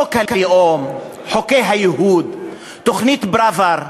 חוק הלאום, חוקי הייהוד, תוכנית פראוור,